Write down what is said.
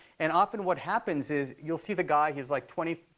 and often what happens is you'll see the guy. he's, like, twenty,